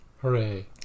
Hooray